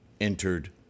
entered